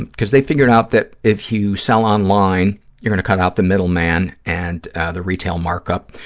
because they figured out that if you sell online you're going to cut out the middleman and the retail mark-up,